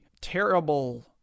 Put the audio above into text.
terrible